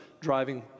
driving